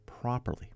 properly